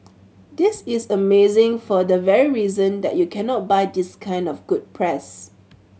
this is amazing for the very reason that you cannot buy this kind of good press